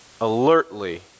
alertly